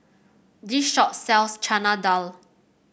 this shop sells Chana Dal